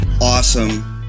awesome